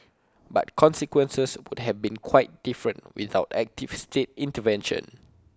but consequences would have been quite different without active state intervention